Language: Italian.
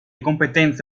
competenze